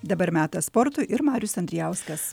dabar metas sportui ir marius andrijauskas